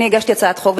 אני הגשתי הצעת חוק,